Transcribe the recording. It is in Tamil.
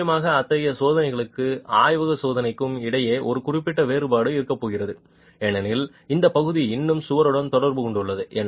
நிச்சயமாக அத்தகைய சோதனைக்கும் ஆய்வக சோதனைக்கும் இடையே ஒரு குறிப்பிட்ட வேறுபாடு இருக்கப்போகிறது ஏனெனில் இந்த பகுதி இன்னும் சுவருடன் தொடர்பு கொண்டுள்ளது